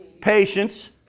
patience